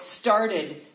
started